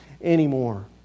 anymore